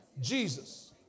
Jesus